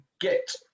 get